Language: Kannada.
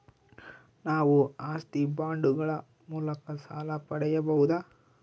ನಾವು ಆಸ್ತಿ ಬಾಂಡುಗಳ ಮೂಲಕ ಸಾಲ ಪಡೆಯಬಹುದಾ?